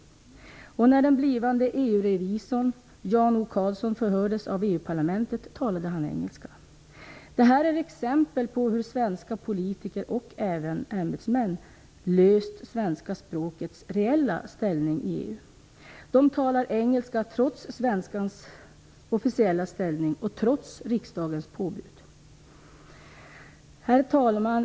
När den blivande EU-revisorn Jan O. Karlsson förhördes av EU-parlamentet talade han engelska. Det här är exempel på hur svenska politiker och även ämbetsmän löst frågan om svenska språkets reella ställning i EU. De talar engelska trots svenskans officiella ställning och trots riksdagens påbud. Herr talman!